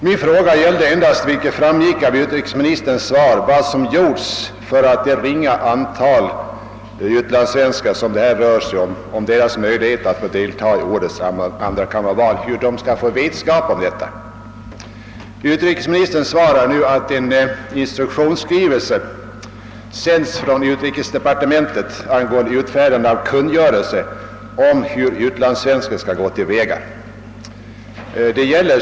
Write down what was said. Min fråga gällde endast — vilket också framgick av utrikesministerns svar — vad som gjorts för att det ringa antal utlandssvenskar som nu får möjlighet att delta i årets andrakammarval skall få vetskap om detta. Utrikesministern säger att en instruktionsskrivelse har sänts från utrikesdepartementet till ambassaderna angående utfärdande av kungörelse om hur utlandssvensken skall gå till väga.